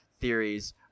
theories